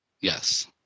Yes